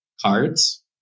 cards